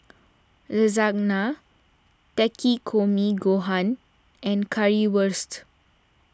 Lasagna Takikomi Gohan and Currywurst